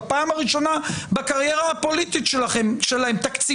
כל המהלך כולו מתנהל תחת הכותרת של אני ואפסי